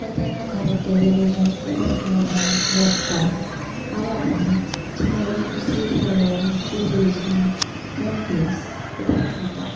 બધાના ઘરે ટેલિવિઝન તેમજ મોબાઈલ લેપટોપ આવવા માંડ્યાં જેમાં લોકો સિરિયલો સીરિઝો મૂવીસ બધા જોતાં